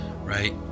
right